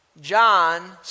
John